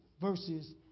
verses